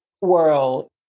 world